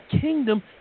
kingdom